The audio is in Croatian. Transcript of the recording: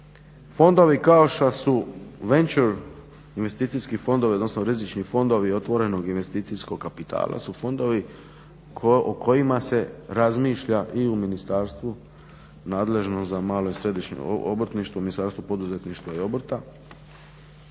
fondovi kao što su Venture investicijski fondovi, odnosno rizični fondovi otvorenog investicijskog kapitala su fondovi o kojima se razmišlja i u ministarstvu nadležnom za malo i srednje obrtništvo Ministarstva poduzetništva i obrta